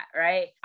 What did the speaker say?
Right